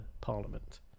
Parliament